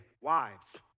wives